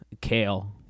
Kale